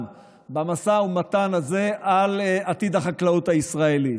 במשא ומתן הזה על עתיד החקלאות הישראלית.